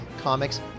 comics